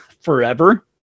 forever